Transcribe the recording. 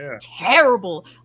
terrible